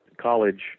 college